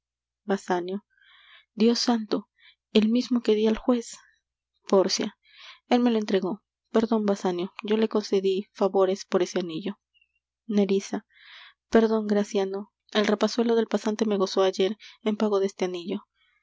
dios santo el mismo que dí al juez pórcia él me lo entregó perdon basanio yo le concedí favores por ese anillo nerissa perdon graciano el rapazuelo del pasante me gozó ayer en pago de este anillo